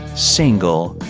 single,